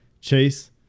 Chase